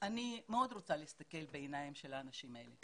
אני מאוד רוצה להסתכל בעיניים של האנשים האלה,